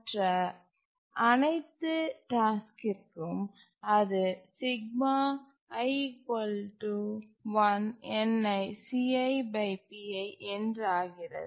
மற்ற அனைத்து டாஸ்க்கிர்க்கும் அது என்றாகிறது